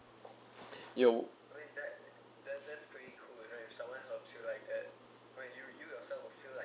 yo